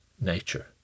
nature